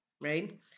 right